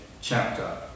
chapter